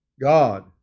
God